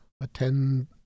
attend